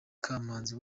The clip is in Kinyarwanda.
kamanzi